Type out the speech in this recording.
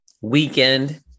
weekend